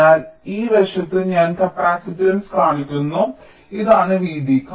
അതിനാൽ ഈ വശത്ത് ഞാൻ കപ്പാസിറ്റൻസ് കാണിക്കുന്നു ഇതാണ് വീതി